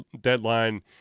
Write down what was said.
deadline